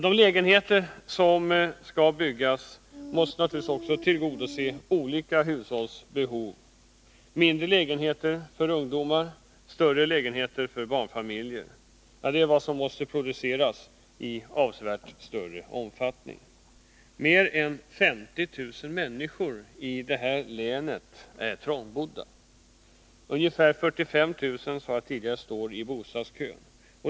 De lägenheter som skall byggas måste naturligtvis tillgodose olika hushålls behov. Mindre lägenheter för ungdomar och större lägenheter för barnfamiljer måste produceras i avsevärt större omfattning. Mer än 50 000 människor i det här länet är trångbodda. Ungefär 45 000 står i bostadskö.